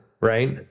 right